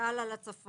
ששאל על הצפון.